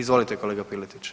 Izvolite kolega Piletić.